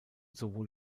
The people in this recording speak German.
sowohl